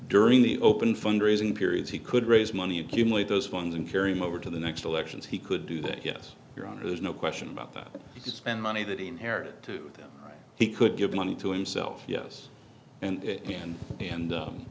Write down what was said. during the open fundraising period he could raise money accumulate those funds and carry mother to the next elections he could do that yes your honor there's no question about that you could spend money that he inherited to them he could give money to himself yes and and and